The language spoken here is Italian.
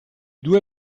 due